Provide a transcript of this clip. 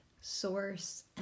source